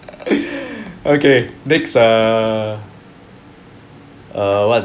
okay next err err what's